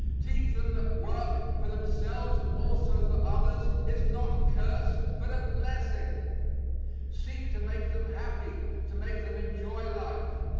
teach them that work, for themselves and also for others, is not curse but a blessing seek to make them happy, to make them enjoy life,